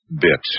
bit